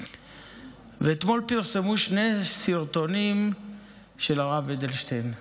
אתמול פרסמו שני סרטונים של הרב אדלשטיין.